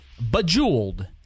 Bejeweled